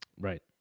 Right